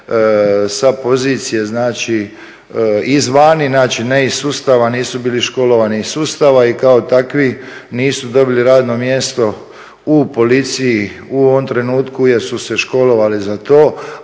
sa pozicije izvana, ne iz sustava, nisu bili školovani iz sustava i kao takvi nisu dobili radno mjesto u policiji u ovom trenutku jer su se školovali za to,